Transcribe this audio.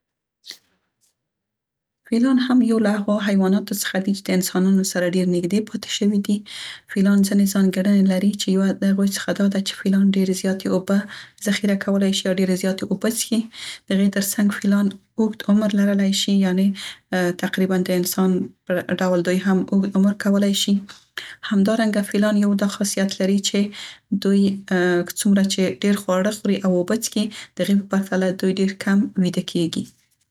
فیلان هم یو له هغو حیواناتو څخه دي چې د انسانانو سره ډير نیږدې پاتې شوي دي. تقریباًد انسان په ډول فیلان ځينې ځانګیړنې لري چې یوه د هغوی څخه دا ده چې فیلان ډیرې زیاتې اوبه ذخیره کولای شي او ډيرې زیاتې اوبه څښي، د هغې تر څنګ فیلان اوږد عمر لرلی شي، یعنې څومره چې ډير خواړه خوري او اوبه څکي، د هغې په پرتله ډير کم ویده کیګي. همدارنګه فیلان یو دا خاصیت لري چې دوی دوی هم اوږد عمر کولای شي.